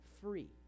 Free